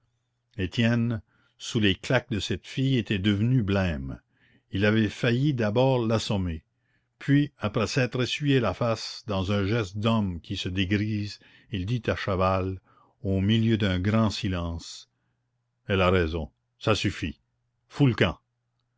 étienne sous les claques de cette fille était devenu blême il avait failli d'abord l'assommer puis après s'être essuyé la face dans un geste d'homme qui se dégrise il dit à chaval au milieu d'un grand silence elle a raison ça suffit fous le camp